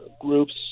groups